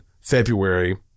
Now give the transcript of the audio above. February